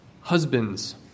Husbands